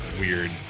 weird